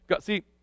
See